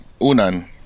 Unan